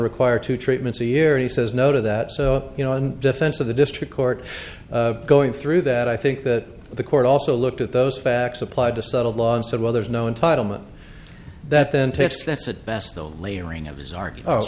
require two treatments a year he says no to that so you know in defense of the district court going through that i think that the court also looked at those facts applied to settled law and said well there's no entitlement that then